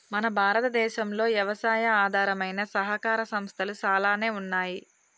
మన భారతదేసంలో యవసాయి ఆధారమైన సహకార సంస్థలు సాలానే ఉన్నాయి